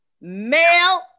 Male